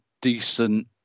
decent